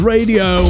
Radio